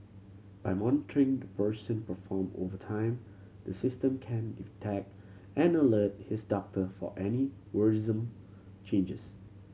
by monitoring the person perform over time the system can detect and alert his doctor of any worrisome changes